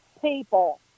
people